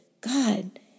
God